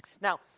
Now